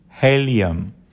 helium